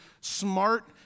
smart